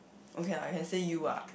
okay lah I can say you ah